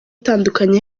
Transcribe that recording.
itandukanye